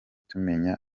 tumenye